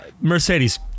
Mercedes